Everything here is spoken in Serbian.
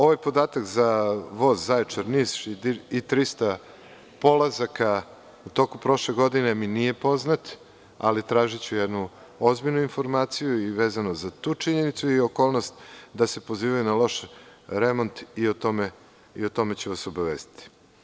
Ovaj podatak za voz Zaječar – Niš i 300 polazaka u toku prošle godine, mi nije poznat, ali tražiću jednu ozbiljnu informaciju i vezano za tu činjenicu i okolnost da se pozivaju na loš remont i o tome ću vas obavestiti.